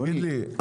תגיד לי,